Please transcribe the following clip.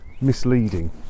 Misleading